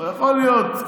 יכול להיות,